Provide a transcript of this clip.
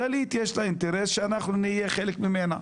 לכללית יש אינטרס שאנחנו נהיה חלק ממנה,